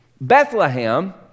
Bethlehem